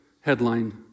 headline